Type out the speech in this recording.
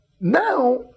Now